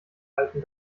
alten